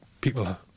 people